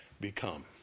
become